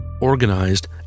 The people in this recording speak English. organized